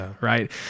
right